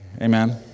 Amen